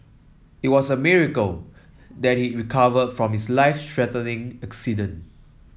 it was a miracle that he recovered from his life accident